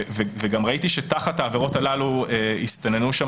ראיתי שתחת העבירות הללו הסתננו שם